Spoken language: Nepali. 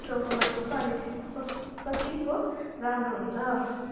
टाउकोमा छोप्छ अनि कतिको राम्रो हुन्छ